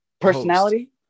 personality